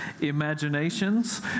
imaginations